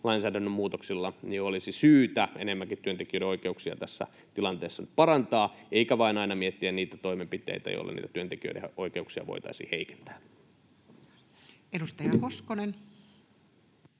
lainsäädännön muutoksilla olisi syytä enemmänkin työntekijöiden oikeuksia tässä tilanteessa parantaa eikä vain aina miettiä niitä toimenpiteitä, joilla niitä työntekijöiden oikeuksia voitaisiin heikentää. Edustaja Hoskonen.